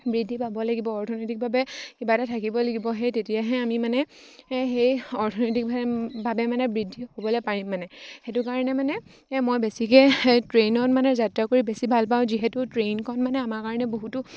বৃদ্ধি পাব লাগিব অৰ্থনৈতিকভাৱে কিবা এটা থাকিব লাগিব সেই তেতিয়াহে আমি মানে সেই অৰ্থনৈতিক বা ভাবে মানে বৃদ্ধি হ'বলৈ পাৰিম মানে সেইটো কাৰণে মানে মই বেছিকৈ ট্ৰেইনত মানে যাত্ৰা কৰি বেছি ভাল পাওঁ যিহেতু ট্ৰেইনখন মানে আমাৰ কাৰণে বহুতো